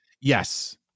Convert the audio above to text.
Yes